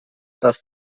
das